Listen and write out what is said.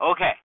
Okay